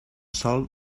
sòl